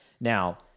Now